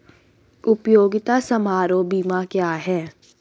उपयोगिता समारोह बीमा क्या है?